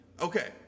Okay